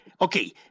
Okay